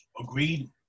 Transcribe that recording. Agreed